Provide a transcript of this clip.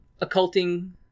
occulting